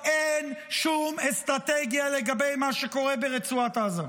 אין שום אסטרטגיה לגבי מה שקורה ברצועת עזה.